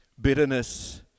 Bitterness